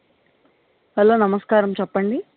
hello నమస్కారం చెప్పండి